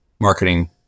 marketing